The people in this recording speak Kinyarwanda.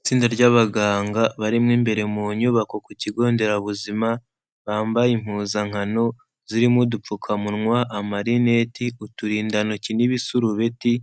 Itsinda ry'abaganga barimo imbere mu nyubako ku kigo nderabuzima bambaye impuzankano zirimo: Udupfukamunwa, amarineti, uturindantoki n'ibisurubeti.